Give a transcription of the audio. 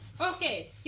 Okay